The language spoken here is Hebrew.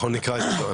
אנחנו נקרא את הדוח.